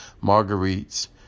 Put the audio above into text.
Marguerite's